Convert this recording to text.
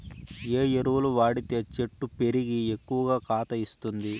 ఏ ఎరువులు వాడితే చెట్టు పెరిగి ఎక్కువగా కాత ఇస్తుంది?